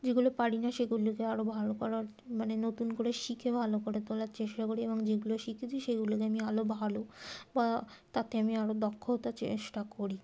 যেগুলো পারি না সেগুলোকে আরও ভালো করার মানে নতুন করে শিখে ভালো করে তোলার চেষ্টা করি এবং যেগুলো শিখেছি সেগুলোকে আমি আরও ভালো বা তাতে আমি আরও দক্ষ হতে চেষ্টা করি